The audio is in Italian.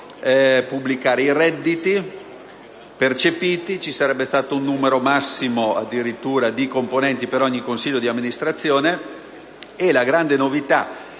Grazie